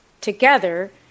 together